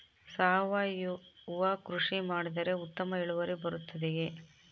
ಸಾವಯುವ ಕೃಷಿ ಮಾಡಿದರೆ ಉತ್ತಮ ಇಳುವರಿ ಬರುತ್ತದೆಯೇ?